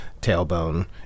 tailbone